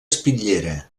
espitllera